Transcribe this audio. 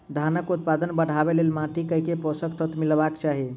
धानक उत्पादन बढ़ाबै लेल माटि मे केँ पोसक तत्व मिलेबाक चाहि?